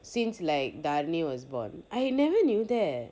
since like dharani was born I never knew that